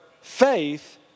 faith